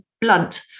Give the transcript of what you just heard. blunt